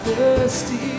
Thirsty